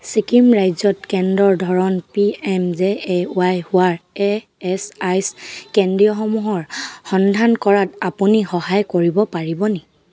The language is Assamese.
ছিকিম ৰাজ্যত কেন্দ্ৰৰ ধৰণ P M J A Y হোৱাৰ ই এছ আই চি কেন্দ্ৰসমূহৰ সন্ধান কৰাত আপুনি সহায় কৰিব পাৰিবনি